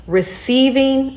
receiving